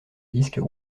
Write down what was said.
disques